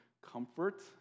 comfort